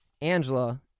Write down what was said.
Angela